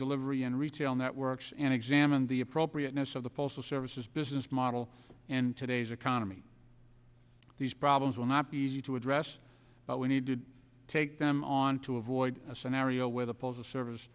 delivery and retail networks and examine the appropriateness of the postal services business model in today's economy these problems will not be easy to address but we need to take them on to avoid a scenario where the postal service